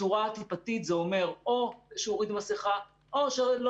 בצורה טיפתית זה אומר או שהורידו מסכה או שלא